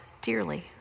dearly